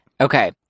okay